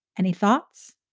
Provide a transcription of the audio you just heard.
any thoughts?